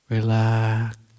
Relax